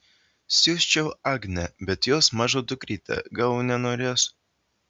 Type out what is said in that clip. siųsčiau agnę bet jos maža dukrytė gal nenorės